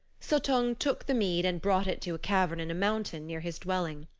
suttung took the mead and brought it to a cavern in a mountain near his dwelling.